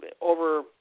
over